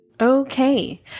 Okay